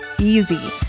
easy